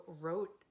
wrote